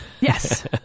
Yes